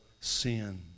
sin